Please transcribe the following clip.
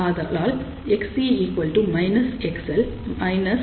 ஆதலால் Xc XL